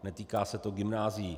Netýká se to gymnázií.